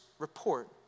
report